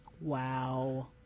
Wow